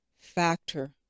factor